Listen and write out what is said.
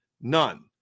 None